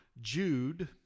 Jude